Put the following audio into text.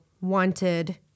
wanted